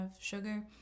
sugar